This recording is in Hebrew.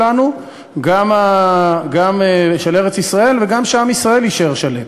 גם של ארץ-ישראל וגם שעם ישראל יישאר שלם.